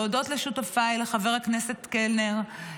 להודות לשותפיי לחבר הכנסת קלנר,